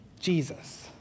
Jesus